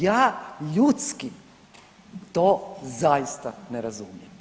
Ja ljudski to zaista ne razumijem.